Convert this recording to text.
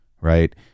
Right